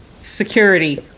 security